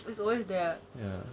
is always there ah